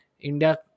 India